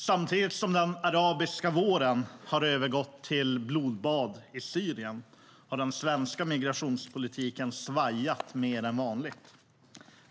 Samtidigt som den arabiska våren har övergått till blodbad i Syrien har den svenska migrationspolitiken svajat mer än vanligt.